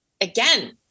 again